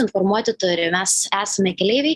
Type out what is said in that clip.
informuoti turi mes esame keleiviai